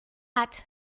hat